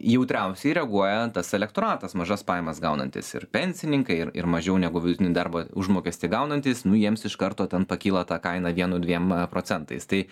jautriausiai reaguoja tas elektoratas mažas pajamas gaunantys ir pensininkai ir ir mažiau negu vidutinį darbo užmokestį gaunantys nu jiems iš karto ten pakyla ta kaina vienu dviem procentais tai